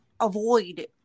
avoid